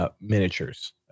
miniatures